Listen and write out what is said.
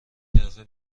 طرفه